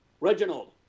Reginald